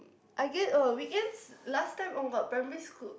I get oh weekends last time on got primary school